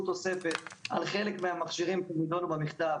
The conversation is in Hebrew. תוספת על חלק מהמכשירים שנדונו במכתב,